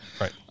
Right